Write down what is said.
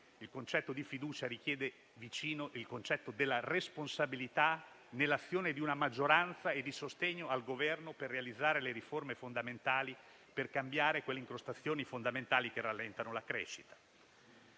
Il concetto di fiducia si accompagna al concetto di responsabilità nell'azione di una maggioranza e di sostegno al Governo per realizzare le riforme fondamentali finalizzate a cambiare le incrostazioni che rallentano la crescita.